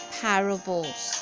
parables